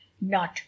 Not